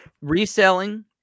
reselling